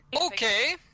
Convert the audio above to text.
Okay